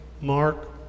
Mark